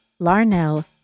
Larnell